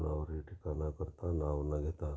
ठिकाना करता नाव न घेता